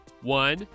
One